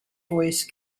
voice